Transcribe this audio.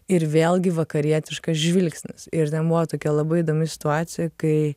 ir vėlgi vakarietiškas žvilgsnis ir ten buvo tokia labai įdomi situacija kai